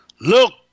Look